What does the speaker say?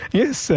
yes